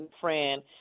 friend